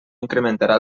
incrementarà